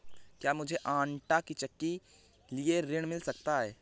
क्या मूझे आंटा चक्की के लिए ऋण मिल सकता है?